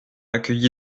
accueilli